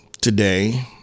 today